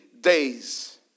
days